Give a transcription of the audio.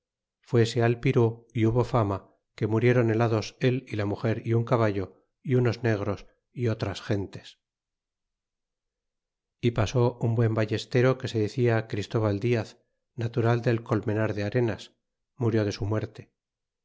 fuese al pirú e hubo fama que murieron helados él y la muger y un caballo y unos negros y otras gentes e pasó un buen ballestero que se decia christóval diaz natural del colmenar de arenas murió de su muerte